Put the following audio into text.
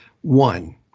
One